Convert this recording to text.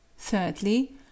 Thirdly